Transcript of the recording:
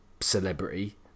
celebrity